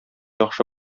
яхшы